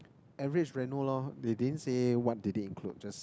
average reno~ lor they didn't say what did they include just